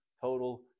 total